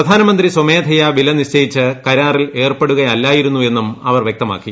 പ്രധാനമന്ത്രി സ്വമേധയ വില നിശ്ചയിച്ച് കരാറിൽ ഏർപ്പെടുകയല്ലായിരുന്നു എന്നും അവർ വൃക്തമാക്കി